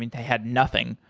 they had nothing.